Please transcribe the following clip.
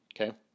Okay